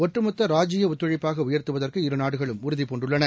ஒட்டுமொத்த ராஜ்ஜிய ஒத்துழைப்பாக உயர்த்துவதற்கு இரு நாடுகளும் உறுதி பூண்டுள்ளன